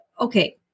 okay